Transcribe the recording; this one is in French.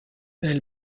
elle